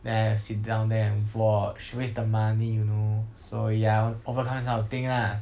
then I sit down there and watch waste the money you know so ya overcome this kind of thing lah